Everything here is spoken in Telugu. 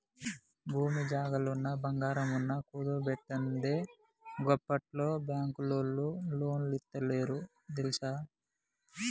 భూమి జాగలన్నా, బంగారమన్నా కుదువబెట్టందే గిప్పట్ల బాంకులోల్లు లోన్లిత్తలేరు తెల్సా